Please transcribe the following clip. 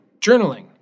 journaling